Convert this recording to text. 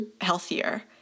healthier